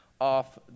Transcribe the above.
off